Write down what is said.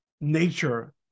nature